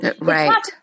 right